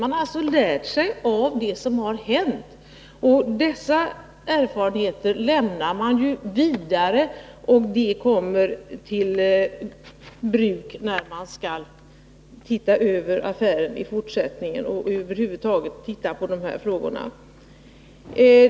Man har alltså lärt sig av det som har hänt, och de erfarenheter som har vunnits kommer man att ha nytta av när man i fortsättningen skall se över dessa frågor.